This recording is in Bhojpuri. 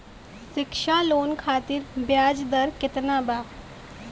शिक्षा लोन खातिर ब्याज दर केतना बा?